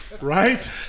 right